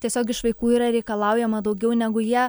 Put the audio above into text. tiesiog iš vaikų yra reikalaujama daugiau negu jie